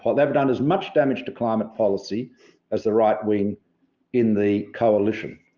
ah they've done as much damage to climate policy as the right wing in the coalition.